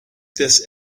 this